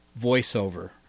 voiceover